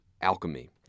alchemy